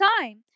time